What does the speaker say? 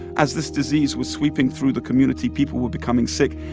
as this disease was sweeping through the community, people were becoming sick,